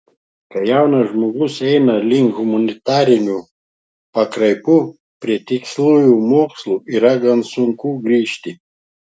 kai jaunas žmogus eina link humanitarių pakraipų prie tiksliųjų mokslų yra gan sunku grįžti